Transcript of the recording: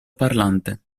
parlante